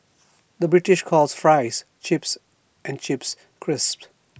the British calls Fries Chips and Chips Crisps